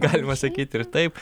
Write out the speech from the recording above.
galima sakyt ir taip